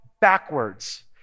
backwards